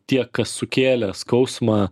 tie kas sukėlė skausmą